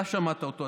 אתה שמעת אותו,